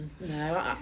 no